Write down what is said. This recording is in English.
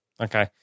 Okay